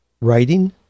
writing